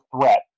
threat